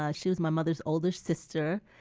ah she was my mother's older sister.